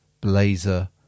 blazer